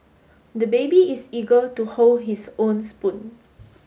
the baby is eager to hold his own spoon